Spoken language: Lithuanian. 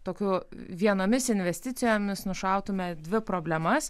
tokių vienomis investicijomis nušautume dvi problemas